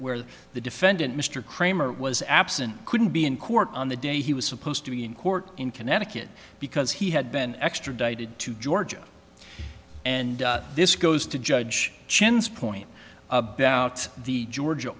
where the defendant mr cramer was absent couldn't be in court on the day he was supposed to be in court in connecticut because he had been extradited to georgia and this goes to judge chin's point about the georgia